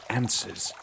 answers